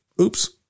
Oops